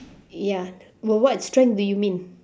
ya but what strength do you mean